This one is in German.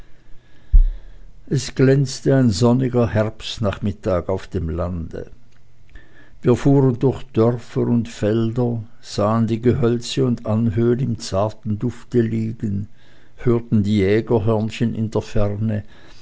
es glänzte ein sonniger herbstnachmittag auf dem lande wir fuhren durch dörfer und felder sahen die gehölze und anhöhen im zarten dufte liegen hörten die jägerhörnchen in der ferne